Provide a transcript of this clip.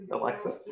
Alexa